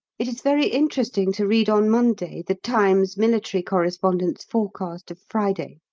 it is very interesting to read on monday the times military correspondent's forecast of friday.